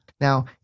Now